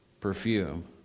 perfume